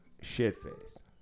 shit-faced